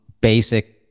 basic